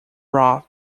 rough